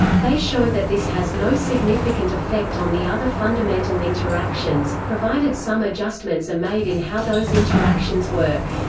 they show that this has no significant effect on the other fundamental interactions, provided some adjustments are made in how those interactions work.